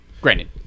granted